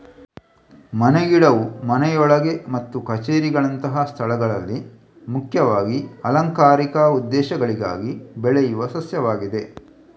ಮನೆ ಗಿಡವು ಮನೆಯೊಳಗೆ ಮತ್ತು ಕಛೇರಿಗಳಂತಹ ಸ್ಥಳಗಳಲ್ಲಿ ಮುಖ್ಯವಾಗಿ ಅಲಂಕಾರಿಕ ಉದ್ದೇಶಗಳಿಗಾಗಿ ಬೆಳೆಯುವ ಸಸ್ಯವಾಗಿದೆ